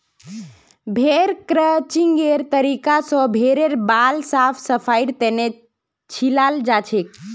भेड़ क्रचिंगेर तरीका स भेड़ेर बाल साफ सफाईर तने छिलाल जाछेक